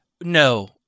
No